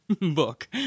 book